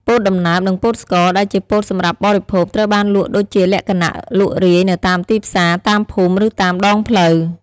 ពោតដំណើប និងពោតស្ករ ដែលជាពោតសម្រាប់បរិភោគ ត្រូវបានលក់ដូរជាលក្ខណៈលក់រាយនៅតាមទីផ្សារ តាមភូមិ ឬតាមដងផ្លូវ។